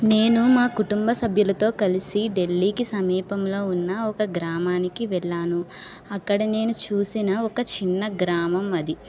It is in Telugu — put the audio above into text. నేను మా కుటుంబ సభ్యులతో కలిసి ఢిల్లీకి సమీపంలో ఉన్న ఒక గ్రామానికి వెళ్ళాను అక్కడ నేను చూసిన ఒక చిన్న గ్రామం అది